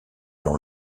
dans